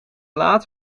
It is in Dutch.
laat